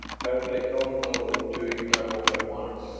touched a cold nose to his knuckles, and whined.